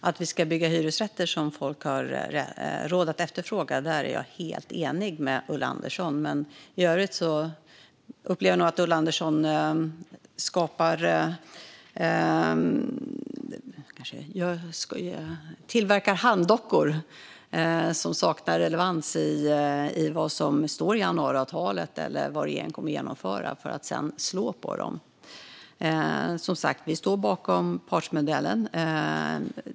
Fru talman! När det gäller att bygga hyresrätter som folk har råd att efterfråga är jag helt enig med Ulla Andersson. Men i övrigt upplever jag nog att Ulla Andersson tillverkar halmdockor utan relevans för vad som står i januariavtalet, eller vad regeringen kommer att genomföra, för att sedan slå på dem. Vi står som sagt bakom partsmodellen.